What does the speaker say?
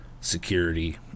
security